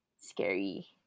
scary